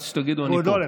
עד שתגידו, אני פה.